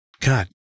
God